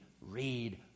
read